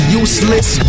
useless